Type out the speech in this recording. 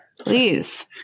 please